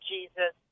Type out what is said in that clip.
Jesus